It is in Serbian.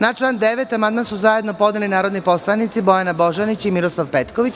Na član 9. amandman su zajedno podneli narodni poslanici Bojana Božanić i Miroslav Petković.